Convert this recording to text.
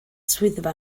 swyddfa